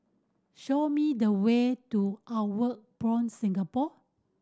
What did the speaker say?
show me the way to Outward Bound Singapore